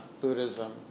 Buddhism